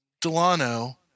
Delano